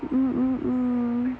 oh